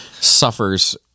suffers